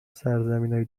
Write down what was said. سرزمینای